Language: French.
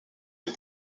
des